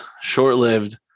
Short-lived